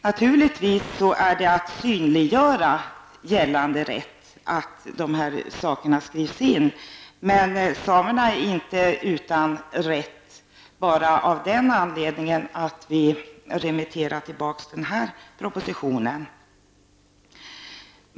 Man synliggör naturligtvis gällande rätt genom att dessa saker skrivs in. Men samerna är inte utan rätt om vi återremitterar den här propositionen.